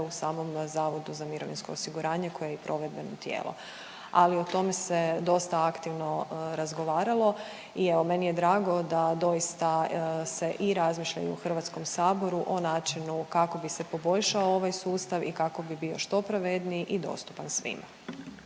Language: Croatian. u samom Zavodu za mirovinsko osiguranje koje je i provedbeno tijelo. Ali o tome se dosta aktivno razgovaralo i evo meni je drago da doista se i razmišlja i u HS-u o načinu kako bi se poboljšao ovaj sustav i kako bi bio što pravedniji i dostupan svima.